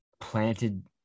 planted